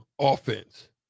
offense